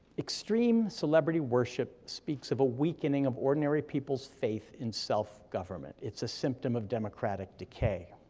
extreme celebrity worship speaks of a weakening of ordinary people's faith in self-government, it's a symptom of democratic decay.